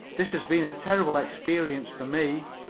this has been a terrible experience for me.